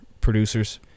producers